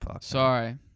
sorry